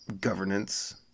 governance